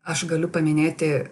aš galiu paminėti